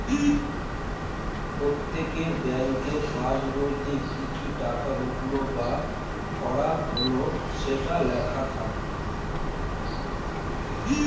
প্রত্যেকের ব্যাংকের পাসবইতে কি কি টাকা উঠলো বা ভরা হলো সেটা লেখা থাকে